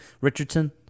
Richardson